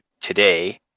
today